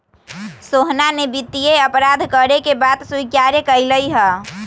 सोहना ने वित्तीय अपराध करे के बात स्वीकार्य कइले है